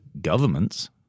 governments